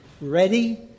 Ready